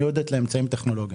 מיועדת לאמצעים טכנולוגיים.